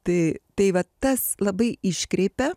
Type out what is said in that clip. tai tai va tas labai iškreipia